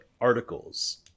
articles